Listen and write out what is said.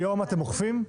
היום אתם אוכפים?